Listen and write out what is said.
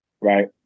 right